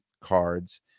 cards